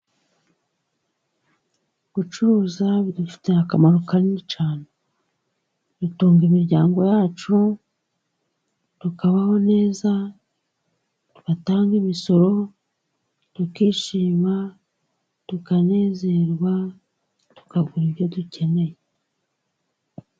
Gucuruza bidufitiye akamaro kanini cyane. Dutunga imiryango yacu, tukabaho neza, dutanga imisoro, tukishima, tukanezerwa ,tukagura ibyo dukeneye.